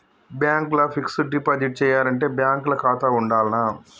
Bank ల fixed deposit చేయాలంటే bank ల ఖాతా ఉండాల్నా?